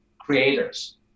creators